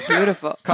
Beautiful